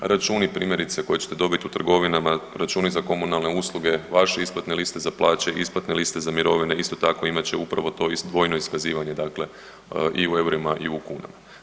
Računi primjerice koje ćete dobiti u trgovinama, računi za komunalne usluge, vaše isplatne liste za plaće, isplatne liste za mirovine isto tako imat će upravo to dvojno iskazivanje dakle i u eurima i u kunama.